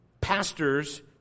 pastors